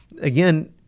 Again